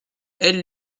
elle